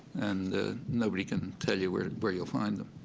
and nobody can tell you where where you'll find them.